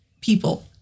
people